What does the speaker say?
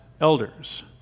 elders